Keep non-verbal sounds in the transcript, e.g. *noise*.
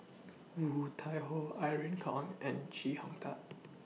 *noise* Woon Tai Ho Irene Khong and Chee Hong Tat